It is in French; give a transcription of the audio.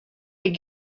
est